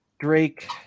Drake